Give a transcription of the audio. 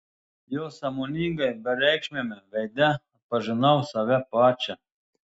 jo sąmoningai bereikšmiame veide atpažinau save pačią